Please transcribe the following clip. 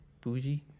bougie